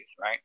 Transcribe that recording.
right